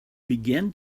began